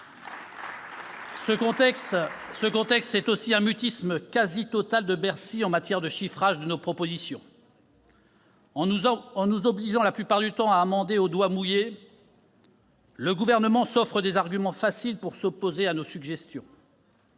Ce contexte, c'est aussi un mutisme quasi total de Bercy en matière de chiffrage de nos propositions. En nous obligeant, la plupart du temps, à amender au doigt mouillé, le Gouvernement s'offre des arguments faciles pour s'opposer à nos suggestions.